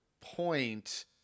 point